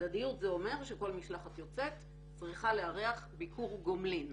הדדיות זה אומר שכל משלחת יוצאת צריכה לארח ביקור גומלין.